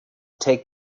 take